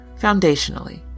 foundationally